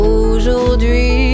Aujourd'hui